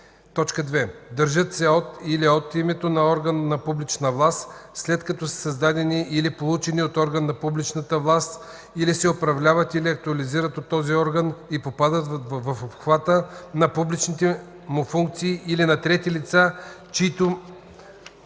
така: „2. държат се от или от името на орган на публична власт след като са създадени или получени от орган на публичната власт, или се управляват или актуализират от този орган и попадат в обхвата на публичните му функции или на трети лица, чиито